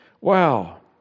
Wow